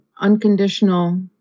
unconditional